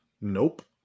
Nope